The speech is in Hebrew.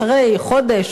אחרי חודש,